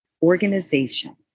organization